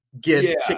get